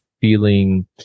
feeling